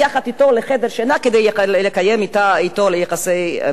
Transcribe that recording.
אתו לחדר שינה כדי לקיים אתו יחסי מין.